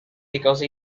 because